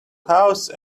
house